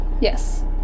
Yes